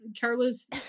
Carlos